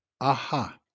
Aha